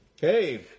Hey